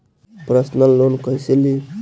Personal loan कैसे ली?